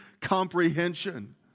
comprehension